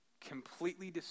completely